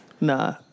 Nah